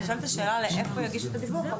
נשאלת השאלה לאיפה יגישו את הדיווח?